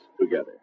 together